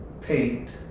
paint